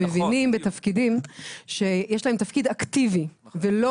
הם מבינים בתפקידים שיש להם תפקיד אקטיבי ולא